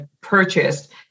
purchased